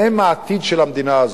הם העתיד של המדינה הזאת.